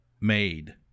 made